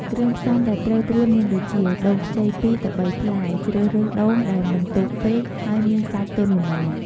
គ្រឿងផ្សំដែលត្រូវត្រៀមមានដូចជា ដូងខ្ចី ២ ទៅ ៣ ផ្លែ ជ្រើសរើសដូងដែលមិនទុំពេក ហើយមានសាច់ទន់ល្មម។